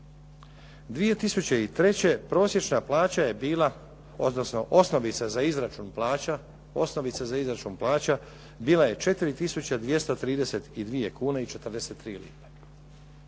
2003. prosječna plaća je bila odnosno osnovica za izračun plaća bila je 4 tisuće 232 kune i 43 lipe.